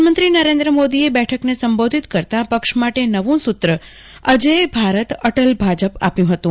પ્રધાનમંત્રી નરેન્દ્રમોદીએ બેઠકને સંબોધિત કરતા પક્ષ માટે નવું સુત્ર અજેયભારત અટલ ભાજપ આપ્યું હતું